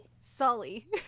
Sully